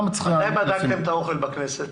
מתי בדקתם את האוכל בכנסת?